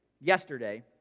yesterday